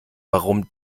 warum